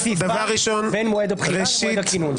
--- בין מועד הבחירה למועד הכינון.